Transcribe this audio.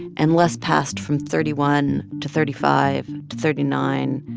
and les passed from thirty one to thirty five to thirty nine,